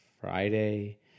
Friday